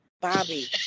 bobby